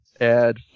Add